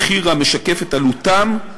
מחיר המשקף את עלותם,